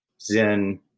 zen